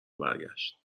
برگشت